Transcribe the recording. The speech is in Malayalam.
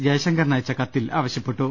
ജയശങ്കറിന് അയച്ച കത്തിൽ ആവശ്യപ്പെട്ടു